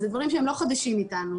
אלה דברים שהם לא חדשים איתנו,